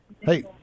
Hey